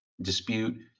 dispute